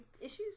issues